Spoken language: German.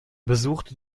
besuchte